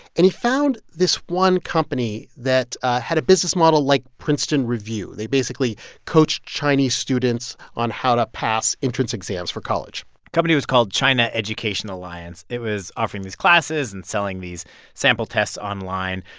and he found this one company that had a business model like princeton review. they basically coached chinese students on how to pass entrance exams for college the company was called china education alliance. it was offering these classes and selling these sample tests online.